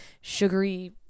sugary